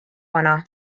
vana